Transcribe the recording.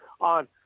on